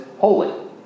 holy